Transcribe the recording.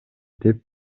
деп